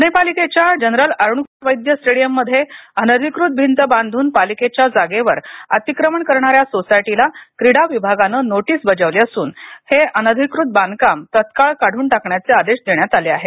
पुणे पालिकेच्या जनरल अरुणकुमार वैद्य स्टेडियममध्ये अनधिकृत भिंत बांधून पालिकेच्या जागेवर अतिक्रमण करणा या सोसायटीला क्रीडा विभागाने नोटीस बजावली असुन हे अनधिकृत बांधकाम तात्काळ काढून टाकण्याचे आदेश देण्यात आले आहेत